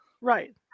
Right